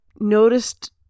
noticed